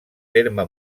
terme